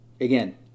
Again